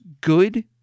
good